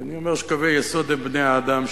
ואני אומר שקווי יסוד הם בני-האדם,